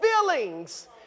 feelings